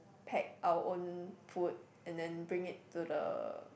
pack our own food and then bring it to the